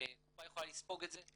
קופה יכולה לספוג את זה,